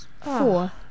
Four